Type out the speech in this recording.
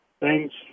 Thanks